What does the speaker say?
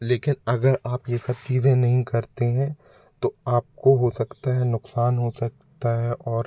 लेकिन अगर आप ये सब चीज़ें नहीं करती हैं तो आपको हो सकता है नुकसान हो सकता है और